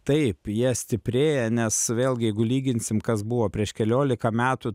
taip jie stiprėja nes vėlgi jeigu lyginsim kas buvo prieš keliolika metų